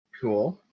cool